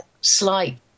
slight